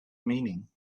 meaning